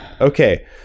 okay